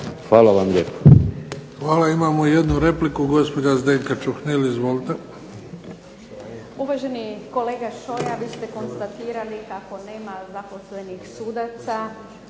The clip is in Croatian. Hvala vam lijepo.